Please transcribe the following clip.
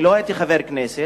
אני לא הייתי חבר כנסת,